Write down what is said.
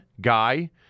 guy